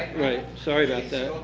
sorry about that.